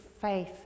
faith